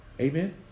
Amen